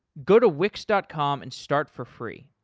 go to wix dot com and start for free!